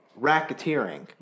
racketeering